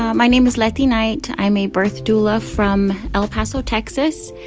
my name is lety knight. i'm a birth doula from el paso, texas.